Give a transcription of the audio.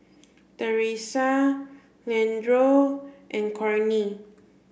Theresa Leandro and Cornie